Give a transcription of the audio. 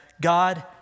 God